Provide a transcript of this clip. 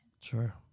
Sure